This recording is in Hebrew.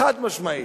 חד-משמעית.